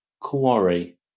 quarry